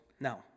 Now